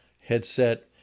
headset